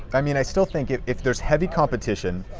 i mean i still think if if there's heavy competition,